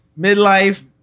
Midlife